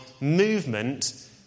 movement